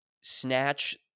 snatch